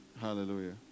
Hallelujah